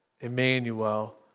Emmanuel